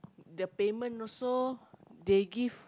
the payment also they give